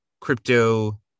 crypto